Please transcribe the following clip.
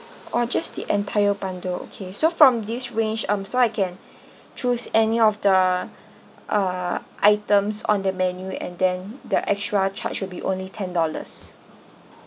or just the entire bundle okay so from this range um so I can choose any of the uh items on the menu and then the extra charged will be only ten dollars